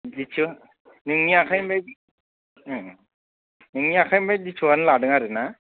दि थि अ नोंनि आखाइनिफ्राय नोंनि आखाइनिफ्राय दि थि अ आनो लादों आरो ना